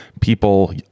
people